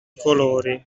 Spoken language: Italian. colori